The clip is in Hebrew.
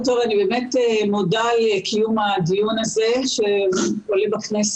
לפגיעה אנושה בחולים האונקולוגיים"